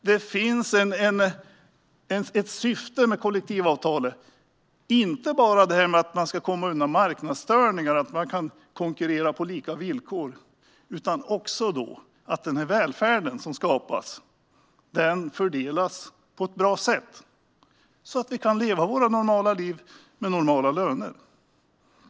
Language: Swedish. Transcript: Det finns ett syfte med kollektivavtalen - inte bara att man ska komma undan marknadsstörningar så att man kan konkurrera på lika villkor, utan också att den välfärd som skapas fördelas på ett bra sätt så att vi kan leva våra normala liv med normala löner.